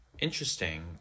Interesting